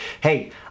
hey